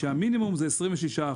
והמינימום זה 26%,